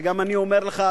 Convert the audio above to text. וגם אני אומר לך,